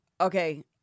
okay